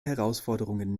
herausforderungen